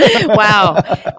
Wow